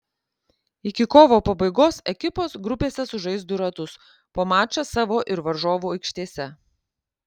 iki kovo pabaigos ekipos grupėse sužais du ratus po mačą savo ir varžovų aikštėse